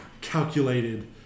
calculated